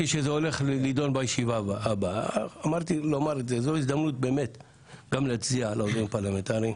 ואם הזמן הוא פרמטר,